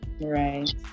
right